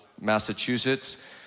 Massachusetts